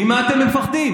ממה אתם מפחדים?